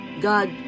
God